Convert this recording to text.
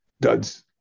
duds